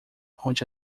onde